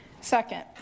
Second